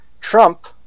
Trump